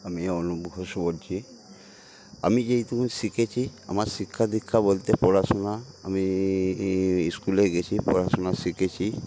আমি অনুপ ঘোষ বলছি আমি যেটুকু শিখেছি আমার শিক্ষাদীক্ষা বলতে পড়াশোনা আমি স্কুলে গিয়েছি পড়াশোনা শিখেছি